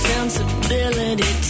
Sensibility